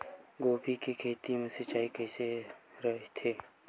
गोभी के खेत मा सिंचाई कइसे रहिथे?